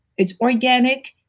it's organic,